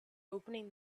opening